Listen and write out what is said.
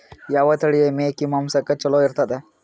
ಯಾವ ತಳಿಯ ಮೇಕಿ ಮಾಂಸಕ್ಕ ಚಲೋ ಇರ್ತದ?